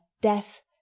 death